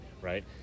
right